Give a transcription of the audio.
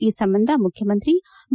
ಈ ಸಂಬಂಧ ಮುಖ್ಯಮಂತ್ರಿ ಬಿ